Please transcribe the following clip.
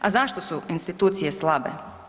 A zašto su institucije slabe?